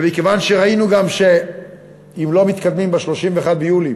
ומכיוון שראינו גם שאם לא מתקדמים ב-31 ביולי